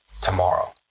tomorrow